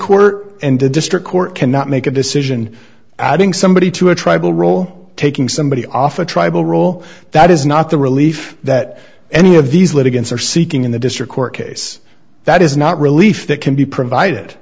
corner and the district court cannot make a decision adding somebody to a tribal role taking somebody off a tribal role that is not the relief that any of these litigants are see going in the district court case that is not relief that can be provided